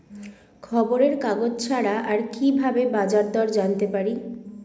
খবরের কাগজ ছাড়া আর কি ভাবে বাজার দর জানতে পারি?